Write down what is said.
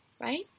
Right